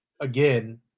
again